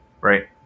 right